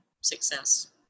success